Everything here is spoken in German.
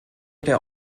der